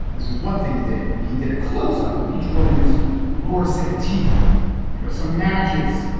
this is one thing he did. he did a close up of each woman's lower senate teeth and there were some matches.